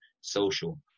social